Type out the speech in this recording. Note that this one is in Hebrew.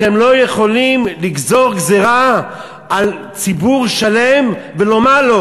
אתם לא יכולים לגזור גזירה על ציבור שלם ולומר לו: